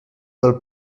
del